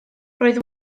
roedd